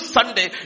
Sunday